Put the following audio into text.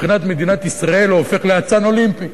מבחינת מדינת ישראל הוא הופך לאצן אולימפי,